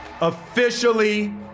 officially